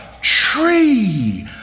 tree